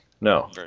No